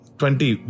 twenty